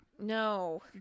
No